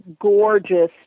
gorgeous